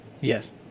yes